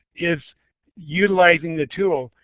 is utilizing the tool,